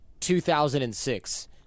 2006